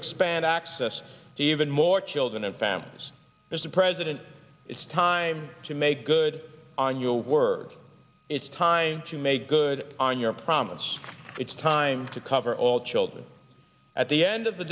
expand access to even more children and families mr president it's time to make good on your word it's time to make good on your promise it's time to cover all children at the end of the